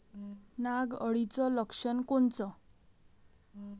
नाग अळीचं लक्षण कोनचं?